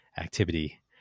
activity